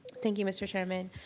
thank you, mr. chairman.